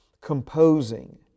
composing